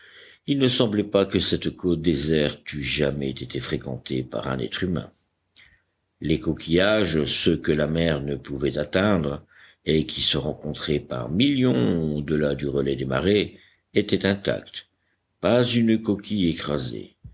il ne semblait pas que cette côte déserte eût jamais été fréquentée par un être humain les coquillages ceux que la mer ne pouvait atteindre et qui se rencontraient par millions au delà du relais des marées étaient intacts pas une coquille écrasée